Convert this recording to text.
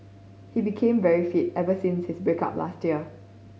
he became very fit ever since his break up last year